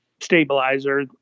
stabilizer